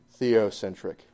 theocentric